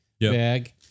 bag